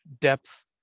depth